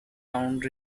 round